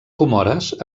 comores